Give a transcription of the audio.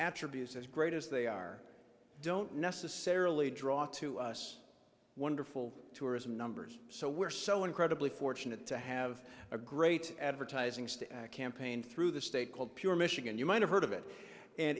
attributes as great as they are don't necessarily draw to us wonderful tourism numbers so we're so incredibly fortunate to have a great advertising state campaign through the state called pure michigan you might have heard of it and